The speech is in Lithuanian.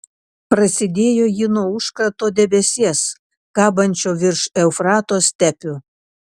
prasidėjo ji nuo užkrato debesies kabančio virš eufrato stepių